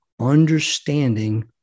Understanding